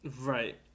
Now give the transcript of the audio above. Right